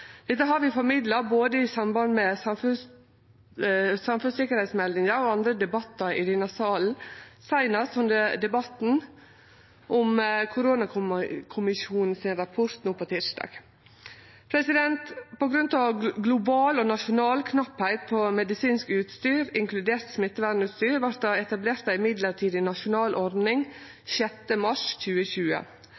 Dette har vi formidla i samband med både samfunnssikkerheitsmeldinga og andre debattar i denne salen – seinast under debatten om rapporten frå koronakommisjonen no på tysdag. På grunn av global og nasjonal knappleik på medisinsk utstyr, inkludert smittevernutstyr, vart det etablert ei midlertidig nasjonal ordning